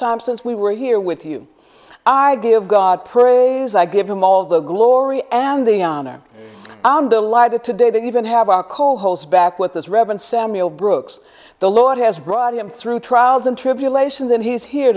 as we were here with you i give god praise i give him all the glory and the honor i'm delighted today they even have our co host back with us reverend samuel brooks the lord has brought him through trials and tribulations and he's here